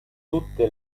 tutte